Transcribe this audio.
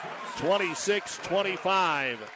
26-25